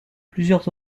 plusieurs